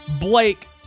Blake